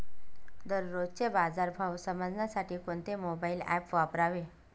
दररोजचे बाजार भाव समजण्यासाठी कोणते मोबाईल ॲप वापरावे?